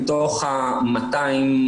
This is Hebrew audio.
מתוך ה-200,